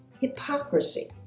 hypocrisy